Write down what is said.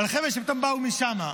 על חבר'ה שפתאום באו משם.